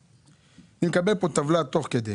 אני מקבל פה טבלה שמופיע בה